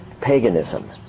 paganism